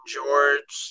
George